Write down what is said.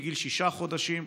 מגיל שישה חודשים.